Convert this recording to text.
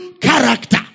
character